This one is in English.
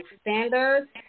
Standards